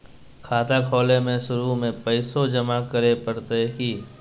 खाता खोले में शुरू में पैसो जमा करे पड़तई की?